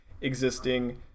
existing